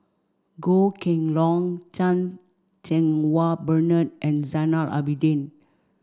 Goh Kheng Long Chan Cheng Wah Bernard and Zainal Abidin